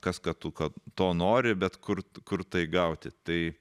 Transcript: kas kad kad to nori bet kur kur tai gauti tai